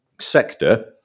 sector